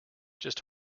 just